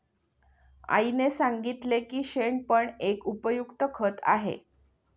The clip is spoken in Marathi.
आईने सांगितले की शेण पण एक उपयुक्त खत आहे